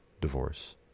divorce